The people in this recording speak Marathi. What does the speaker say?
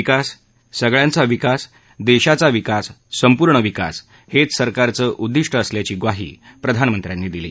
विकास सगळ्यांचा विकास देशाचा विकास संपूर्ण विकास हेच सरकारचं उद्दिष्ट असल्याची म्वाही प्रधानमंत्र्यांनी दिली